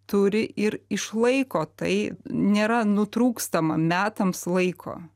turi ir išlaiko tai nėra nutrūkstama metams laiko